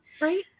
Right